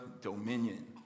dominion